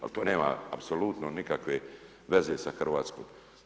Ali to nema apsolutno nikakve veze sa Hrvatskom.